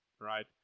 right